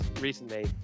recently